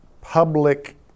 public